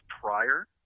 prior